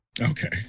Okay